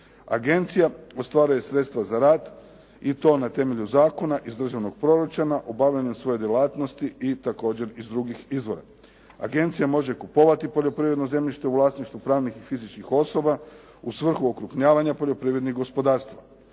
Agencija ostvaruje sredstava za rad i to na temelju Zakona iz državnog proračuna, obavljanja svoje djelatnosti i također iz drugih izvora. Agencija može kupovati poljoprivredno zemljište u vlasništvu pravnih i fizičkih osoba u svrhu okrupnjavanja poljoprivrednih gospodarstva.